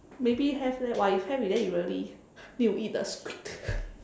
maybe have leh !wah! if have then you really need to eat the squid